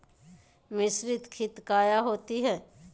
मिसरीत खित काया होती है?